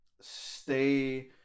stay